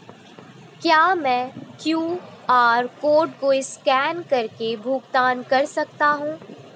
क्या मैं QR code को स्कैन करके भुगतान कर सकता हूं?